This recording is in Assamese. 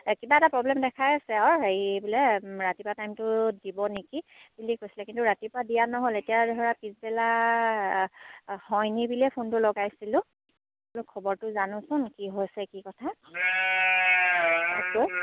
কিবা এটা প্ৰব্লেম দেখাই আছে আৰু হেৰি বোলে ৰাতিপুৱা টাইমটো দিব নেকি বুলি কৈছিলে কিন্তু ৰাতিপুৱা দিয়া নহ'ল এতিয়া ধৰা পিছবেলা হয় নি বুলিয়ে ফোনটো লগাইছিলোঁ খবৰটো জানোচোন কি হৈছে কি কথা